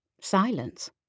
Silence